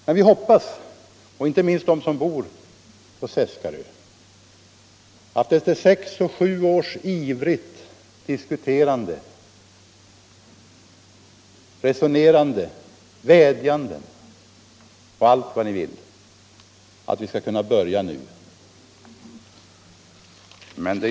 Men vi — och inte minst de som bor på Seskarö — hoppas efter sex sju års ivrigt diskuterande, vädjande och allt vad ni vill att bron skall kunna börja byggas nu.